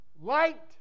light